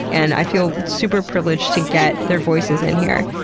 and i feel super privileged to get their voices in here.